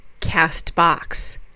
Castbox